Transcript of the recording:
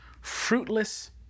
fruitless